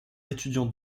étudiant